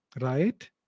Right